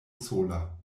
sola